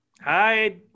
Hi